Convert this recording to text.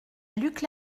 luc